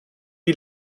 die